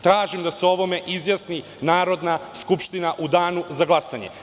Tražim da se o ovome izjasni Narodna skupština u Danu za glasanje.